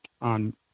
on